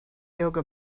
yoga